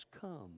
come